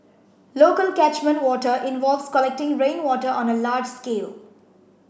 local catchment water involves collecting rainwater on a large scale